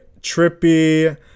trippy